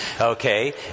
Okay